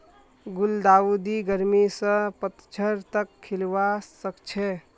गुलदाउदी गर्मी स पतझड़ तक खिलवा सखछे